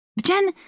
Jen